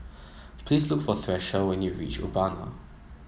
please look for Thresa when you reach Urbana